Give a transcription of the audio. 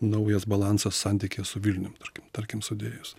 naujas balansas santykyje su vilnium tarkim tarkim sudėjus